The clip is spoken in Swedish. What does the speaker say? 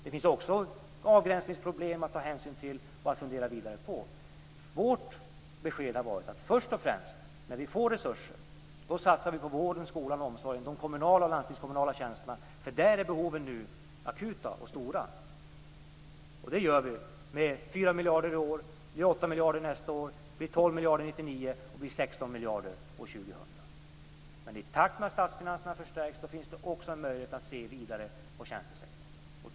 Det finns också avgränsningsproblem att ta hänsyn till och fundera vidare på. Vårt besked har varit att när vi får resurser kommer vi först och främst att satsa på vården, skolan, omsorgen och de kommunala och landstingskommunala tjänsterna. Där är behoven nu akuta och stora. Det gör vi med 4 miljarder i år. Det blir 8 miljarder nästa år, 12 miljarder år 1999 och 16 I takt med att statsfinanserna förstärks finns det också en möjlighet att se vidare på tjänstesektorn.